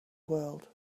world